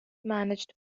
managed